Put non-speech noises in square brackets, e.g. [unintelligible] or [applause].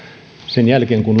sen jälkeen kun [unintelligible]